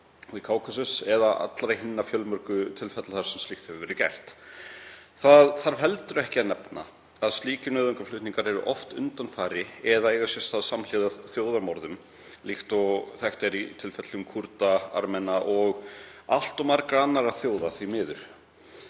í Kákasus eða allra hinna fjölmörgu tilfella þar sem slíkt hefur verið gert. Það þarf heldur ekki að nefna að slíkir nauðungarflutningar eru oft undanfari, eða eiga sér stað samhliða, þjóðarmorða líkt og þekkt er í tilfellum Kúrda, Armena og allt of margra annarra þjóða, því miður.